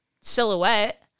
silhouette